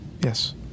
Yes